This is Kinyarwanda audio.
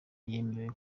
yemerewe